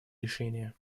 решения